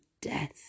death